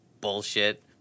bullshit